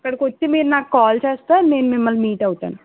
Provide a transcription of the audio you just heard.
అక్కడికొచ్చి మీరు నాకు కాల్ చేస్తే నేను మిమ్మల్ని మీట్ అవుతాను